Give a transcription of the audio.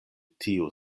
tiu